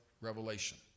revelation